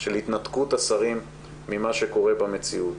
של התנתקות השרים ממה שקורה במציאות.